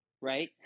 right